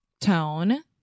Tone